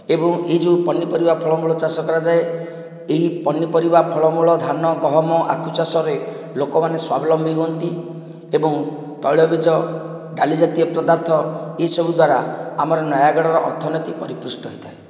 ଏବଂ ଏ ଯେଉଁ ପନିପରିବା ଫଳମୂଳ ଚାଷ କରାଯାଏ ଏହି ପନିପରିବା ଫଳମୂଳ ଧାନ ଗହମ ଆଖୁ ଚାଷରେ ଲୋକମାନେ ସ୍ୱାବିଲମ୍ବି ହୁଅନ୍ତି ଏବଂ ତୈଳବୀଜ ଡାଲି ଜାତୀୟ ପ୍ରଦାର୍ଥ ଏସବୁ ଦ୍ୱାରା ଆମ ନୟାଗଡ଼ର ଅର୍ଥନୀତି ପରିପୃଷ୍ଟ ହୋଇଥାଏ